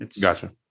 Gotcha